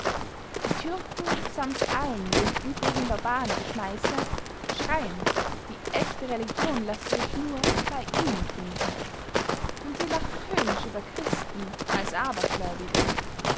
die türken samt allen dem übrigen barbarengeschmeisse schreien die ächte religion lasse sich nur bey ihnen finden und sie lachen höhnisch über christen als abergläubige